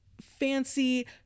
fancy